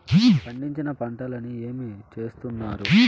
పండించిన పంటలని ఏమి చేస్తున్నారు?